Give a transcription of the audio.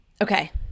okay